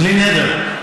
בלי נדר.